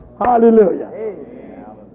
Hallelujah